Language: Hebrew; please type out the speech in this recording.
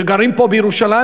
שגרים פה בירושלים,